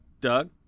Doug